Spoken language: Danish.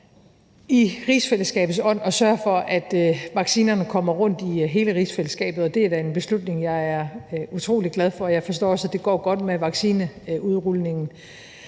i rigsfællesskabets ånd at sørge for, at vaccinerne kommer rundt i hele rigsfællesskabet. Og det er da en beslutning, jeg er utrolig glad for. Jeg forstår også, at det går godt med vaccineudrulningen.